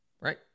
right